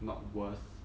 not worth